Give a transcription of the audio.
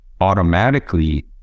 automatically